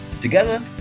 Together